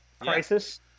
crisis